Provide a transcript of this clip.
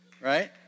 Right